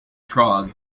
prague